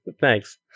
thanks